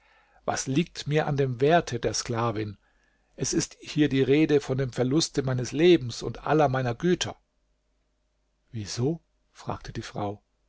was liegt mir an dem werte der sklavin es ist hier die rede von dem verluste meines lebens und aller meiner güter wieso fragte die frau